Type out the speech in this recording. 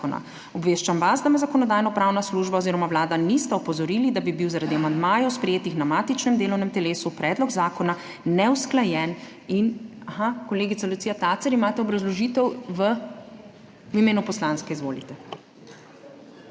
Obveščam vas, da me Zakonodajno-pravna služba oziroma Vlada nista opozorili, da bi bil zaradi amandmajev, sprejetih na matičnem delovnem telesu, predlog zakona neusklajen. Kolegica Lucija Tacer, imate obrazložitev v imenu poslanske, izvolite.